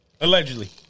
Allegedly